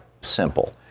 simple